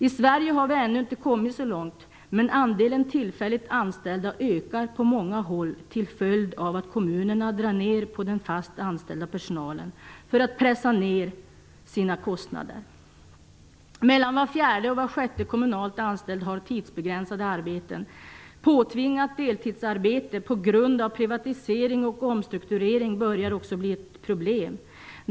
I Sverige har vi ännu inte kommit så långt, men andelen tillfälligt anställda ökar på många håll till följd av att kommunerna drar ner på den fast anställda personalen för att pressa ner sina kostnader. Mellan var fjärde och var sjätte kommunalt anställd har tidsbegränsade arbeten. Påtvingat deltidsarbete på grund av privatisering och omstrukturering börjar också bli ett problem.